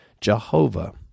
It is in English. Jehovah